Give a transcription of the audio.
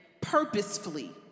purposefully